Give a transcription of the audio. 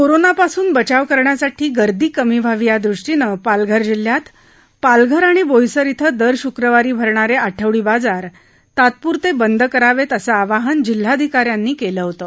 कोरोनापासून बचाव करण्यासाठी गर्दी कमी व्हावी यादृष्टीनं पालघर जिल्ह्यात पालघर आणि बोईसर इथं दर शुक्रवारी भरणारे आठवडी बाजार तात्पुरते बंद करावेत असं आवाहन जिल्हाधिकाऱ्यांनी केलं होतं